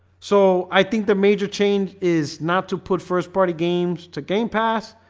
so, i think the major change is not to put first party games to game pass